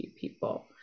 people